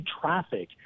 traffic